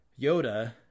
Yoda